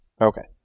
Okay